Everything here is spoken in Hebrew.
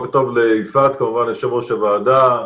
בוקר טוב ליושב ראש הוועדה,